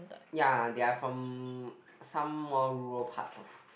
ya they are from some more rural part of